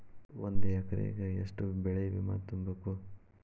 ಒಂದ್ ಎಕ್ರೆಗ ಯೆಷ್ಟ್ ಬೆಳೆ ಬಿಮಾ ತುಂಬುಕು?